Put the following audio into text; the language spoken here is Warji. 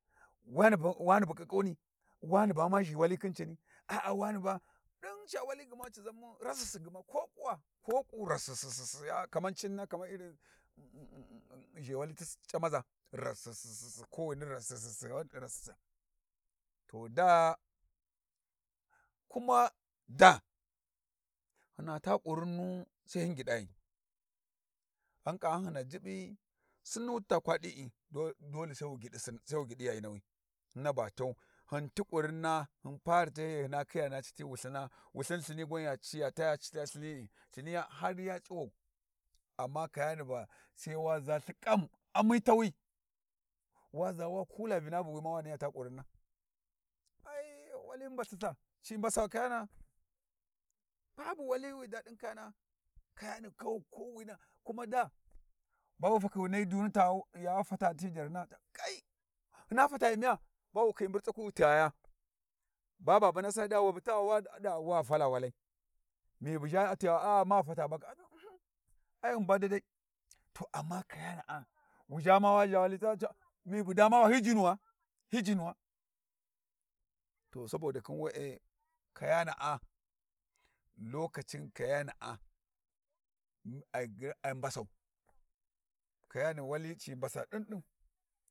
Wa wani bu kikkuni wane ba ma zhi wali khin cani aa wane ba cica wali gma ci zamu rasisi gma ko kuwa ko ku rasisisi kama cinna kamar irin zhewali ti sinni c'amaza rasisisi kowani rasasisisa to daa kuma daa hyina ta kurunnu sai hyin gyiɗayi, ghan ƙahyin hyina jubbi sinni wuti ta kwa ɗi'i, dole sai wu gyiɗi sai wu gyidi yayinawi, hyena ba tau, hyin ti kurinna hyin pari tahyiyai hyina khiya hyina cati wulthina wulthin har ya cuwau amma kayani va sai wa za lhiƙam amitawi wa za wa kulla vinavuwi ma waniya ta kurinna ai wali mbasiltha ci mbassa kayana'a babu wali wi dadi kayana'a kayani kuma kowani kuma daa ba wu fakhi wu nahyi diyuni ta wu ya fata ti jarhyini ba wu kai hyina fata miya ba wu khiyi mburtsa kwi wu tighaya, ba babunasi a di wai bu tighawa a wa fala walai me buzha a tighawa aa ma fata ba dadai to amma kayana'a, wu zha ma wa zha sai yada bu damawa hyi jinu gha? Hyi jinu ghai? To saboda khin we'e kayana'a lokacin kayana'a ai mbasau kayani wali ci mbasa ɗin ɗin.